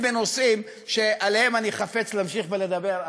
ונושאים שעליהם אני חפץ להמשיך ולדבר,